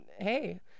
hey